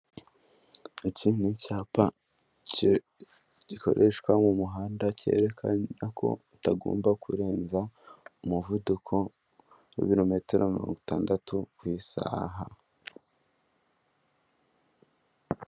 Iki ni icyapa gikoreshwa mu muhanda kerekana ko utagomba kurenza umuvuduko w'ibirometero mirongo itandatu ku isaha.